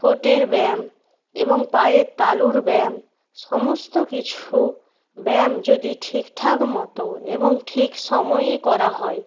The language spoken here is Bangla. ঠোঁটের ব্যায়াম এবং পায়ের তালুর ব্যায়াম সমস্ত কিছু ব্যায়াম যদি ঠিক ঠাক মতো এবং ঠিক সময়ে করা হয়